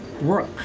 work